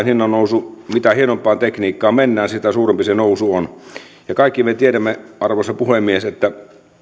hinnannousu mitä hienompaan tekniikkaan mennään sitä suurempi se nousu on ja kaikki me tiedämme arvoisa puhemies että